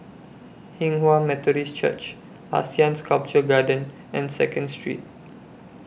Hinghwa Methodist Church Asean Sculpture Garden and Second Street